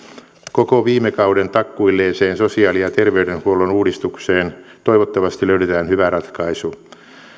koko viime kauden takkuilleeseen sosiaali ja terveydenhuollon uudistukseen toivottavasti löydetään hyvä ratkaisu